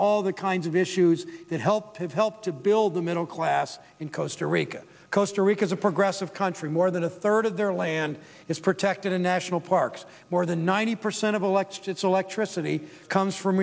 all the kinds of issues that helped have helped to build the middle class in costa rica costa rica's a progressive country more than a third of their land is protected in national parks more than ninety percent of elects to its electricity comes from